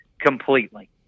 completely